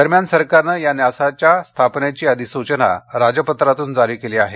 दरम्यान सरकारनं या न्यासाच्या स्थापनेची अधिसूचना राजपत्रातून जारी केली आहे